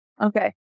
Okay